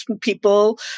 people